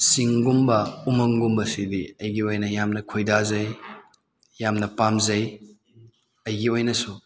ꯆꯤꯡꯒꯨꯝꯕ ꯎꯃꯪꯒꯨꯝꯕꯁꯤꯗꯤ ꯑꯩꯒꯤ ꯑꯣꯏꯅ ꯌꯥꯝꯅ ꯈꯣꯏꯗꯖꯩ ꯌꯥꯝꯅ ꯄꯥꯝꯖꯩ ꯑꯩꯒꯤ ꯑꯣꯏꯅꯁꯨ